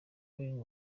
healing